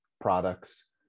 products